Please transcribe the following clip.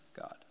God